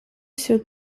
sur